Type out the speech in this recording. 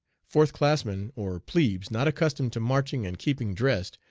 fourth-classmen, or plebes not accustomed to marching and keeping dressed,